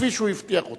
כפי שהוא הבטיח אותה,